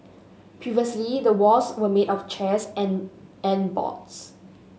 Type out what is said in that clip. previously the walls were made of chairs and and boards